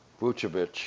Vucevic